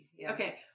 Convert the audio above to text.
Okay